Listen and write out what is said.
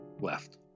Left